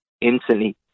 instantly